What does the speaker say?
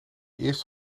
eerst